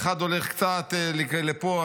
אחד הולך קצת לפה,